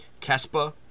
KESPA